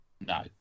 no